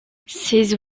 ses